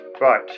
right